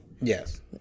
Yes